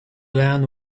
land